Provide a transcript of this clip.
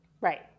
Right